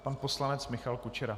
Pan poslanec Michal Kučera.